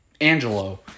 Angelo